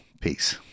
Peace